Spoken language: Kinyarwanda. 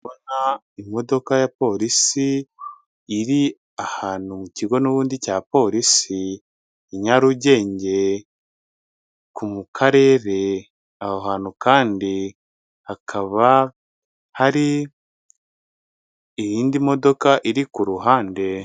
Mbona imodoka ya porisi, iri ahantu mu kigo n'ubundi cya porisi, i Nyarugenge, mu karere. Aho hantu kandi, hakaba hari iyindi modoka, iri ku ruhande.